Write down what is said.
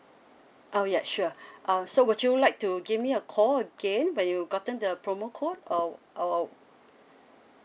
oh ya sure orh so would you like to give me a call again when you gotten the promo code or or